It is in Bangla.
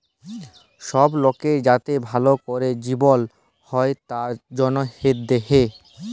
সব লকের যাতে ভাল ক্যরে জিবল হ্যয় তার জনহে দেয়